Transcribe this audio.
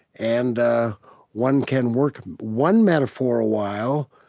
and one can work one metaphor awhile,